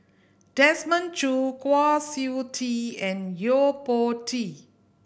Desmond Choo Kwa Siew Tee and Yo Po Tee